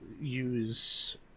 use